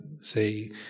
say